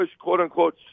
quote-unquote